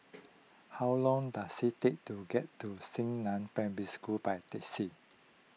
how long does it take to get to Xingnan Primary School by taxi